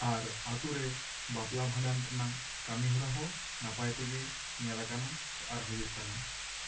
ᱟᱨ ᱟᱛᱳ ᱨᱮ ᱵᱟᱯᱞᱟ ᱵᱷᱟᱱᱰᱟᱱ ᱨᱮᱱᱟᱜ ᱠᱟᱹᱢᱤ ᱦᱚᱨᱟ ᱦᱚᱸ ᱱᱟᱯᱟᱭ ᱛᱮᱜᱮ ᱧᱮᱞ ᱟᱠᱟᱱᱟ ᱟᱨ ᱦᱩᱭᱩᱜ ᱠᱟᱱᱟ